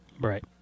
Right